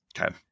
Okay